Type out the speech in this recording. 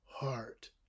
heart